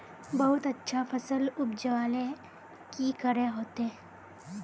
बहुत अच्छा फसल उपजावेले की करे होते?